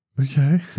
Okay